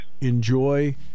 Enjoy